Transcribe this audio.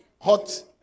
hot